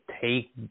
take